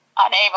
unable